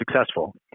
successful